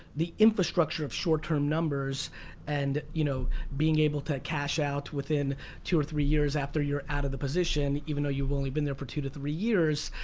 the infrastructure of short term numbers and you know being able to cash out within two or three years when you're out of the position even though you've only been there for two to three years.